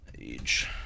age